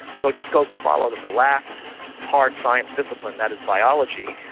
so it just goes to follow that the last hard science discipline, that is biology,